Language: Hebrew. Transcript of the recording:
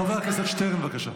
חבר הכנסת שטרן, בבקשה.